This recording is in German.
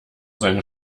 seine